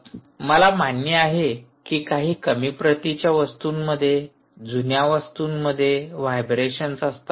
मला मान्य आहे की काही कमी प्रतीच्या वस्तूंमध्ये जुन्या वस्तूंमध्ये व्हायब्रेशन्स असतात